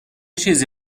چیزی